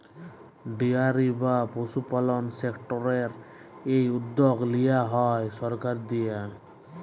dairy বা পশুপালল সেক্টরের এই উদ্যগ লিয়া হ্যয় সরকারের দিঁয়ে